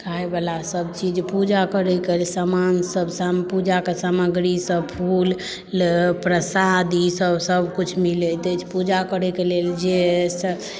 खाइबला सभ चीज पूजा करयके सामान सभ पूजाके सामग्री सभ फूल प्रसाद ईसभ सभ कुछ मिलैत अछि पूजा करयके लेल जे अछि से